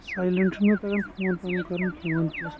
silent چھُ نہٕ مےٚ تَگان فون پَنُن کَرُن کیٚنٛہہ وَن پٔلَس فون